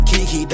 Kiki